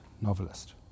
novelist